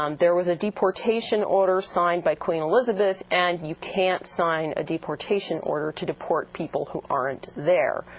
um there was a deportation order signed by queen elizabeth, and you can't sign a deportation order to deport people who aren't there,